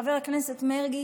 חבר הכנסת מרגי,